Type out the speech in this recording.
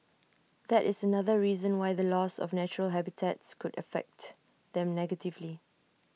that is another reason why the loss of natural habitats could affect them negatively